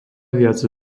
viac